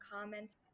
comments